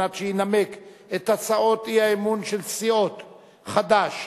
שינמק את הצעות האי-אמון של סיעות חד"ש,